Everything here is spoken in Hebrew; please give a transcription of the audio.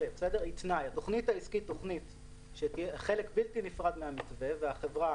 התוכנית העסקית היא חלק בלתי נפרד מהמתווה, והחברה